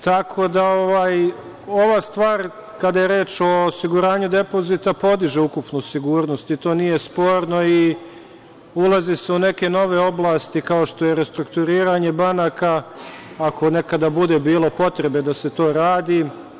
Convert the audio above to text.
Tako da, ova stvar, kada je reč o osiguranju depozita, podiže ukupnu sigurnost i to nije sporno i ulazi se u neke nove oblasti, kao što je restrukturiranje banaka, ako nekada bude bilo potrebe da se to radi.